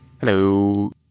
Hello